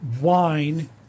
wine –